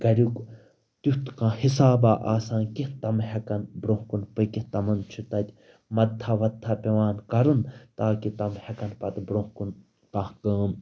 گَریُک تیُتھ کانٛہہ حِسابَہ آسان کیٚنٛہہ تِم ہٮ۪کَن برٛونٛہہ کُن پٔکِتھ تِمَن چھِ تَتہِ مَدتھا وَدتھا پٮ۪وان کَرُن تاکہِ تِم ہٮ۪کَن پَتہٕ برٛونٛہہ کُن کانٛہہ کٲم